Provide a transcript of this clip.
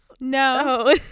No